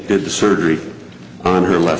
did the surgery on her l